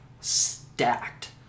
stacked